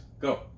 Go